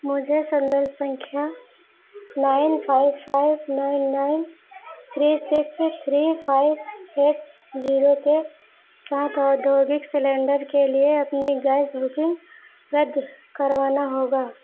मुझे सन्दर्भ सँख्या nine five five nine nine three six three five eight zero के साथ औद्योगिक सिलेण्डर के लिए अपनी गैस बुकिन्ग रद्द करवानी होगी